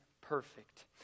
perfect